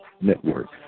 Network